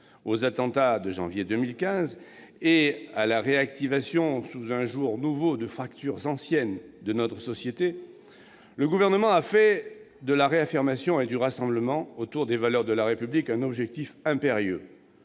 aux attentats du mois de janvier 2015 et à la réactivation, sous un jour nouveau, de fractures anciennes de notre société, le Gouvernement a fait de la réaffirmation et du rassemblement autour des valeurs de la République un objectif impérieux,